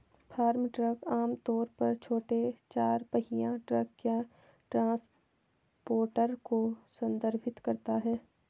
farm truck आम तौर पर छोटे चार पहिया ट्रक या ट्रांसपोर्टर को संदर्भित करता है